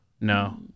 No